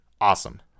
awesome